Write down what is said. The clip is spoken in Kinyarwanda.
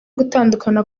gutandukana